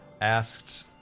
Asked